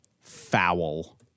Foul